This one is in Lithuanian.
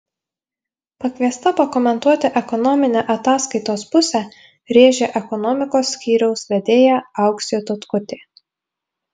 pakviesta pakomentuoti ekonominę ataskaitos pusę rėžė ekonomikos skyriaus vedėja auksė tutkutė